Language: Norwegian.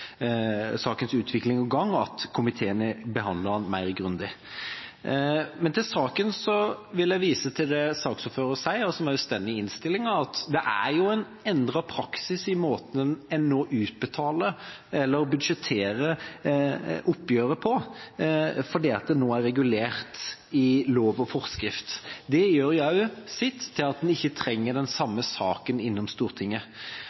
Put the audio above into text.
sakens utvikling og gang at komiteen har behandlet den mer grundig. Men til saken. Jeg vil vise til det saksordføreren sier, og som også står i innstillinga, at det er en endret praksis i måten en nå utbetaler eller budsjetterer oppgjøret på, fordi det nå er regulert i lov og forskrift. Det gjør også sitt til at vi ikke trenger å få den samme saken til Stortinget.